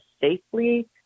safely